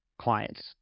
clients